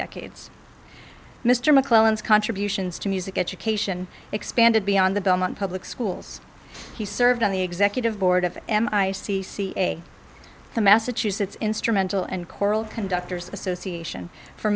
decades mr mcclellan's contributions to music education expanded beyond the belmont public schools he served on the executive board of m i c c a the massachusetts instrumental and choral conductors association for